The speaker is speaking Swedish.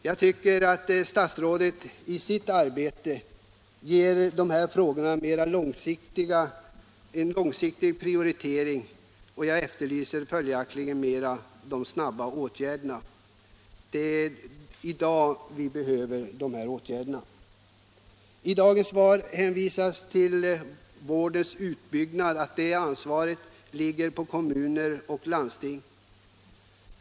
Jag tycker nu att statsrådet i sitt arbete givit de mera långsiktiga frågorna prioritet. Jag efterlyser följaktligen de snabba åtgärderna. Det är i dag vi behöver åtgärderna. I dagens svar hänvisas till att ansvaret för vårdens utbyggnad ligger hos kommuner och landsting.